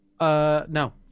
No